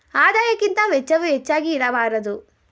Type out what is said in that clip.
ಆದಾಯಕ್ಕಿಂತ ವೆಚ್ಚವು ಹೆಚ್ಚಾಗಿ ಇರಬಾರದು